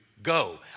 go